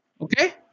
Okay